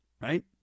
Right